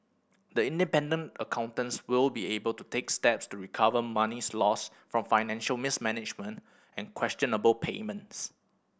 the independent accountants will be able to take steps to recover monies lost from financial mismanagement and questionable payments